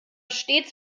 stets